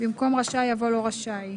במקום "רשאי" יבוא "לא רשאי".